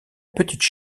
petite